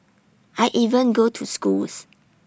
I even go to schools